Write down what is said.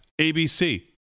ABC